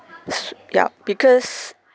yup because